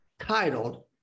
titled